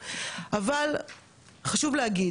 ביטוח לאומי החל ממרץ 2020,